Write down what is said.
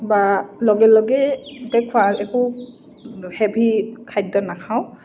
বা লগে লগে গে খোৱা একো হেভি খাদ্য নাখাওঁ